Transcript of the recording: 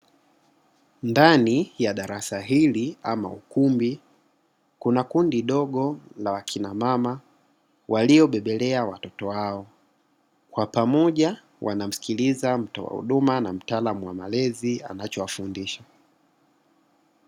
Ndani ya darasa hili ama ukumbi kuna, kundi ndogo la wakina mama waliobebelea watoto wao. Kwa pamoja wanamsikiliza mtoa huduma na mtaalamu wa malezi anacho wafundisha.